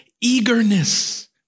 Eagerness